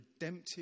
redemptive